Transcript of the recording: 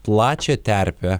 plačią terpę